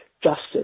justice